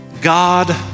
God